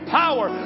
power